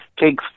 take